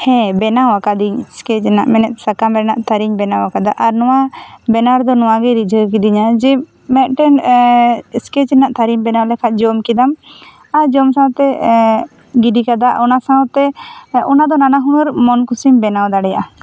ᱦᱮᱸ ᱵᱮᱱᱟᱣ ᱟᱠᱟᱫᱤᱧ ᱥᱠᱮᱡᱽ ᱨᱮᱱᱟᱜ ᱢᱮᱱᱮᱫ ᱥᱟᱠᱟᱢ ᱨᱮᱱᱟᱜ ᱛᱷᱟᱹᱨᱤᱧ ᱵᱮᱱᱟᱣ ᱟᱠᱟᱫᱟ ᱟᱨ ᱱᱚᱣᱟ ᱵᱮᱱᱟᱣ ᱨᱮ ᱫᱚ ᱱᱚᱣᱟ ᱜᱮ ᱨᱤᱡᱷᱟᱹᱣ ᱠᱤᱫᱤᱧᱟᱹ ᱡᱮ ᱢᱤᱫ ᱴᱮᱱ ᱥᱠᱮᱡᱽ ᱨᱮᱱᱟᱜ ᱛᱷᱟᱹᱨᱤ ᱵᱮᱱᱟᱣ ᱠᱮᱠᱷᱟᱡ ᱡᱚᱢ ᱠᱮᱫᱟᱢ ᱟᱨ ᱡᱚᱢ ᱥᱟᱶ ᱛᱮ ᱜᱤᱰᱤ ᱠᱟᱫᱟ ᱚᱱᱟ ᱥᱟᱶ ᱛᱮ ᱚᱱᱟ ᱫᱚ ᱱᱟᱱᱟ ᱦᱩᱱᱟᱹᱨ ᱢᱚᱱ ᱠᱷᱩᱥᱤᱢ ᱵᱮᱱᱟᱣ ᱫᱟᱲᱮᱭᱟᱜᱼᱟ